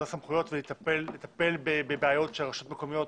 סמכויות ולטפל בבעיות של רשויות מקומיות